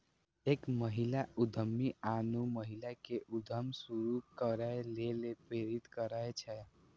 एक महिला उद्यमी आनो महिला कें उद्यम शुरू करै लेल प्रेरित करै छै